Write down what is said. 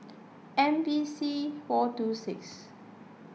M V C four two six